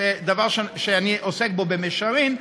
דבר שאני עוסק בו במישרין,